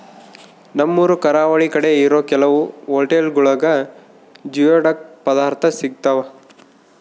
ನಮ್ಮೂರು ಕರಾವಳಿ ಕಡೆ ಇರೋ ಕೆಲವು ಹೊಟೆಲ್ಗುಳಾಗ ಜಿಯೋಡಕ್ ಪದಾರ್ಥ ಸಿಗ್ತಾವ